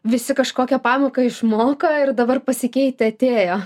visi kažkokią pamoką išmoko ir dabar pasikeitę atėjo